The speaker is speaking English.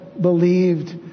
believed